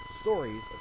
stories